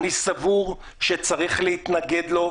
אני סבור שצריך להתנגד לו.